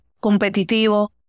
competitivo